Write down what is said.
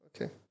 Okay